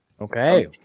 okay